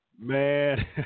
man